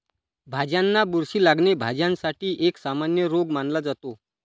भाज्यांना बुरशी लागणे, भाज्यांसाठी एक सामान्य रोग मानला जातो